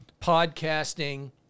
Podcasting